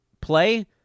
play